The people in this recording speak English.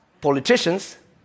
politicians